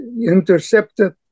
intercepted